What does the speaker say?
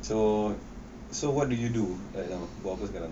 so so what do you do right now buat apa sekarang